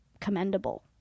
commendable